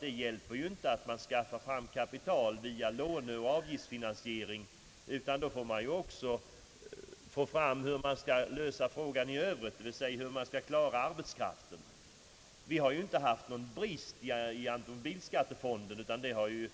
Då hjälper det inte att man skaffar fram kapital via låneeller avgiftsfinansiering, utan då får man också ta ställning till hur man skall lösa frågan i övrigt, främst hur man skall klara arbetskraftsfrågan. Det har inte varit någon brist på automobilskattemedel.